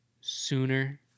sooner